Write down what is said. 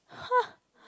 !huh!